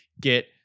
get